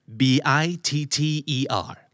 bitter